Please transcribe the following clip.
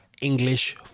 English